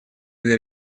для